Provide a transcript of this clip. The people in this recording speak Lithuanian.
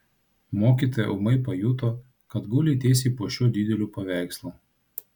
mokytoja ūmai pajuto kad guli tiesiai po šiuo dideliu paveikslu